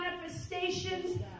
manifestations